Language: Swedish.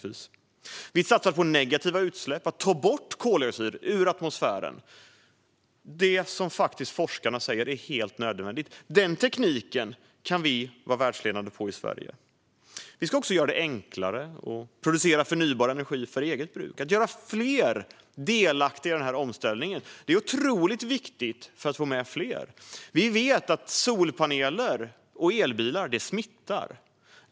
Vi satsar på negativa utsläpp och på att ta bort koldioxid ur atmosfären, vilket forskarna säger är helt nödvändigt. Den tekniken kan vi vara världsledande på i Sverige. Vi ska också göra det enklare att producera förnybar energi för eget bruk. Vi ska göra fler delaktiga i den här omställningen. Det är otroligt viktigt att få med fler. Vi vet att solpaneler och elbilar smittar.